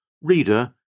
Reader